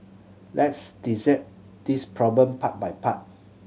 let's this problem part by part